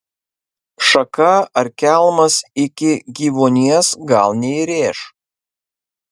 šaka ar kelmas iki gyvuonies gal neįrėš